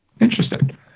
Interesting